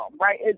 right